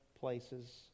places